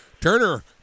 Turner